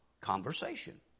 conversation